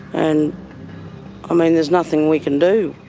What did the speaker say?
and i mean there's nothing we can do.